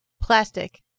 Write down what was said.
Plastic